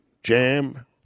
Jam